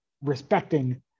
respecting